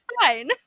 fine